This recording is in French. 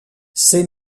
ces